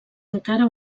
encara